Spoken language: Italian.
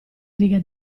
riga